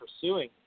pursuing